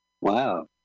Wow